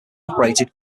operated